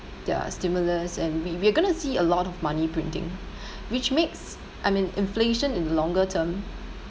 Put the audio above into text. their stimulus and we we're gonna see a lot of money printing which makes I mean inflation in longer term